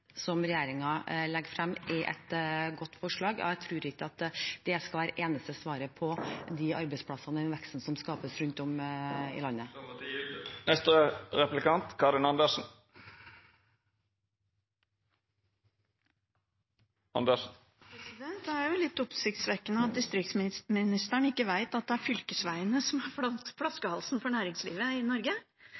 legger fram, er et godt forslag, og jeg tror ikke det skal være det eneste svaret på de arbeidsplassene og den veksten som skapes rundt om i landet. Det er litt oppsiktsvekkende at distriktsministeren ikke vet at det er fylkesveiene som er flaskehalsen for næringslivet i Norge,